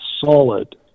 solid